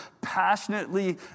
passionately